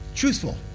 Truthful